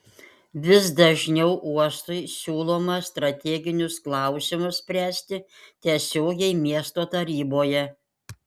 vis dažniau uostui siūloma strateginius klausimus spręsti tiesiogiai miesto taryboje